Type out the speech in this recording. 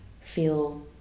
feel